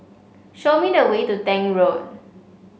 show me the way to Tank Road